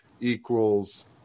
equals